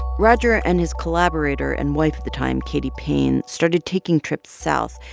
roger and his collaborator and wife at the time, katy payne, started taking trips south,